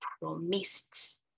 promised